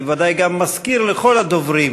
אני ודאי גם מזכיר לכל הדוברים